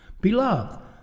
Beloved